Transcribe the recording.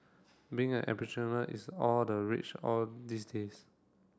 being an entrepreneur is all the rage all these days